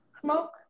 smoke